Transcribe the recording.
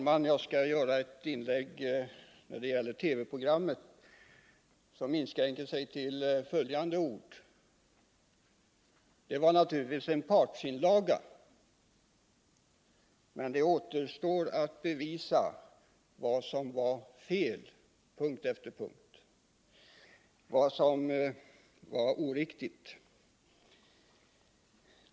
Herr talman! Beträffande TV-programmet vill jag inskränka mig till att säga följande: Naturligtvis var det en partsinlaga, men det återstår att punkt efter punkt bevisa vad som var fel.